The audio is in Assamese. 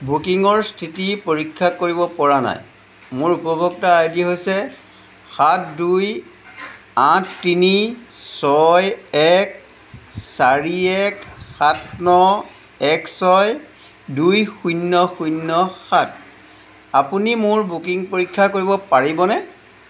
বুকিঙৰ স্থিতি পৰীক্ষা কৰিব পৰা নাই মোৰ উপভোক্তা আইডি হৈছে সাত দুই আঠ তিনি ছয় এক চাৰি এক সাত ন এক ছয় দুই শূন্য শূন্য সাত আপুনি মোৰ বুকিং পৰীক্ষা কৰিব পাৰিবনে